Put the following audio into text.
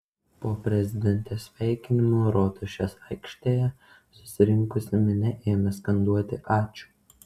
po prezidentės sveikinimo rotušės aikštėje susirinkusi minia ėmė skanduoti ačiū